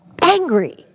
angry